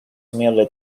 merely